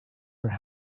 for